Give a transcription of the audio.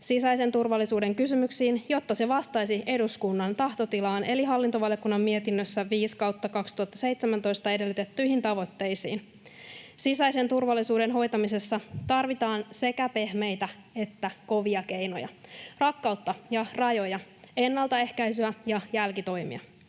sisäisen turvallisuuden kysymyksiin, jotta se vastaisi eduskunnan tahtotilaan eli hallintovaliokunnan mietinnössä 5/2017 edellytettyihin tavoitteisiin. Sisäisen turvallisuuden hoitamisessa tarvitaan sekä pehmeitä että kovia keinoja, rakkautta ja rajoja, ennaltaehkäisyä ja jälkitoimia.